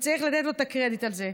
וצריך לתת לו את הקרדיט על זה.